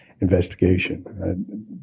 investigation